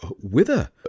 Whither